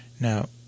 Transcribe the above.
Now